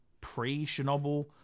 pre-Chernobyl